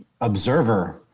Observer